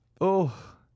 Oh